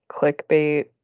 clickbait